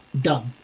done